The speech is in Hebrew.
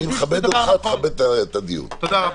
תודה.